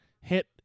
hit